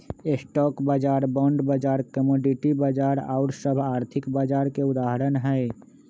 stock बाजार, bond बाजार, commodity बाजार आउर सभ आर्थिक बाजार के उदाहरण हइ